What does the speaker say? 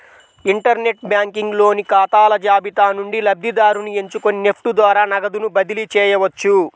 inter net banking లోని ఖాతాల జాబితా నుండి లబ్ధిదారుని ఎంచుకొని నెఫ్ట్ ద్వారా నగదుని బదిలీ చేయవచ్చు